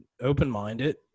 open-minded